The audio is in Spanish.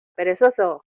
perezoso